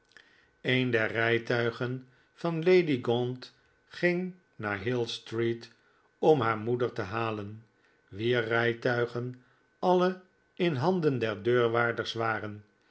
een der rijtuigen van lady gaunt ging naar hill street om haar moeder te halen wier rijtuigen alle in handen der deurwaarders waren